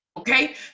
Okay